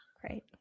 Great